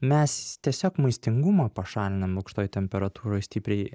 mes tiesiog maistingumą pašalinam aukštoj temperatūroj stipriai